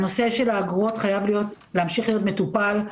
הנושא של האגרות חייב להמשיך להיות מטופל.